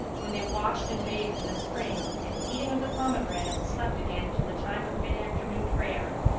when they washed and bathed in the spring and, eating of the pomegranates, slept again till the time of mid-afternoon prayer.